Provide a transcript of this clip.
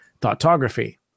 thoughtography